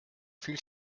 viel